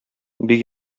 бик